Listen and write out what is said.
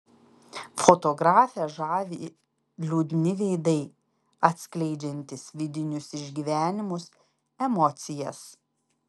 fotografę žavi liūdni veidai atskleidžiantys vidinius išgyvenimus emocijas